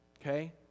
okay